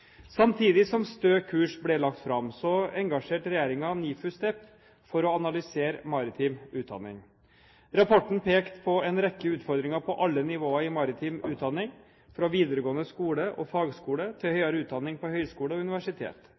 Samtidig som Stø kurs ble lagt fram, engasjerte Regjeringen NIFU STEP for å analysere maritim utdanning. Rapporten pekte på en rekke utfordringer på alle nivåer i maritim utdanning, fra videregående skole og fagskole til høyere utdanning på høyskole og universitet.